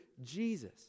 Jesus